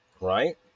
Right